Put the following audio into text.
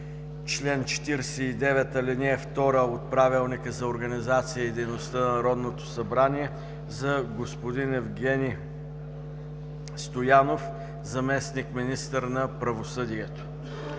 чл. 49, ал. 2 от Правилника за организацията и дейността на Народното събрание на господин Евгени Стоянов – заместник министър на правосъдието.